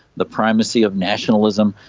the primacy of nationalism,